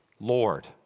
Lord